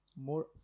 more